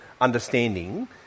understanding